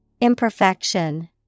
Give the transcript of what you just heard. Imperfection